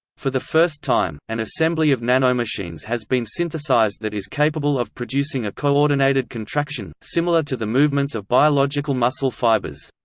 for the first time, an assembly of nanomachines has been synthesised that is capable of producing a coordinated contraction, similar to the movements of biological muscle fibres.